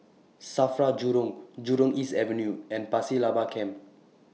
SAFRA Jurong Jurong East Avenue and Pasir Laba Camp